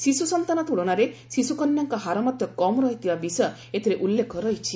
ଶିଶୁସନ୍ତାନ ତୁଳନାରେ ଶିଶୁକନ୍ୟାଙ୍କ ହାର ମଧ୍ୟ କମ୍ ରହିଥିବା ବିଷୟ ଏଥିରେ ଉଲ୍ଲେଖ ରହିଛି